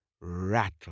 rattle